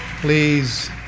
Please